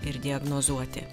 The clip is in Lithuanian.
ir diagnozuoti